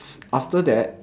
after that